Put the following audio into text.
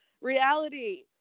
reality